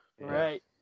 Right